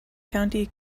county